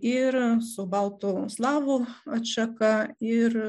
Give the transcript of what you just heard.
ir su baltų slavų atšaka ir